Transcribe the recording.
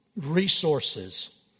resources